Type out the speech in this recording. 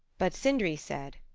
but sindri said,